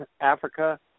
Africa